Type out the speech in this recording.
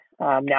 now